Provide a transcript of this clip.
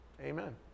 Amen